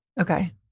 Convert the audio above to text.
Okay